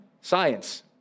science